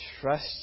trust